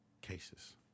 cases